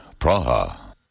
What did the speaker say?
Praha